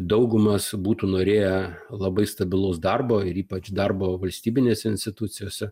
daugumas būtų norėję labai stabilaus darbo ir ypač darbo valstybinėse institucijose